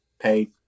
paid